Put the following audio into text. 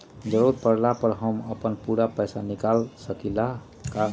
जरूरत परला पर हम अपन पूरा पैसा निकाल सकली ह का?